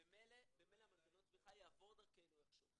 במילא המנגנון תמיכה יעבור דרכנו, איך שהוא.